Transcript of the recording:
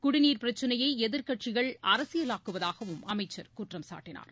குடிதண்ணீர் பிரச்சனையை எதிர்க்கட்சிகள் அரசியலாக்குவதாகவும் அமைச்சர் குற்றம் சாட்டினார்